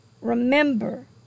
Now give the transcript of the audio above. Remember